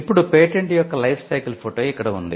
ఇప్పుడు పేటెంట్ యొక్క ఫోటో ఇక్కడ ఉంది